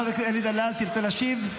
חבר הכנסת אלי דלל, תרצה להשיב?